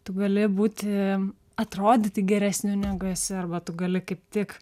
tu gali būti atrodyti geresniu negu esi arba tu gali kaip tik